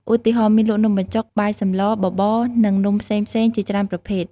ឧទាហរណ៍ មានលក់នំបញ្ចុក បាយសម្លរ បបរ និងនំផ្សេងៗជាច្រើនប្រភេទ។